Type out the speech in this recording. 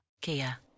Kia